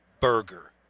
burger